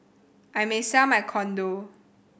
I may sell my condo